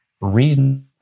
reason